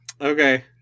Okay